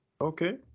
Okay